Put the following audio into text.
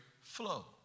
flow